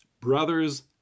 Brothers